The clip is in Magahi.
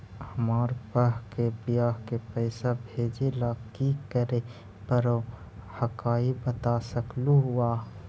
हमार के बह्र के बियाह के पैसा भेजे ला की करे परो हकाई बता सकलुहा?